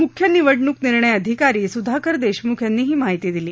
मुख्य निवडणूक निर्णय अधिकारी सुधाकर देशमुख यांनी ही माहिती दिली